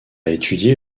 étudié